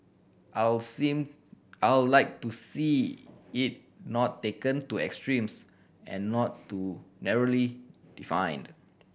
I'll seem I'll like to see it not taken to extremes and not too narrowly defined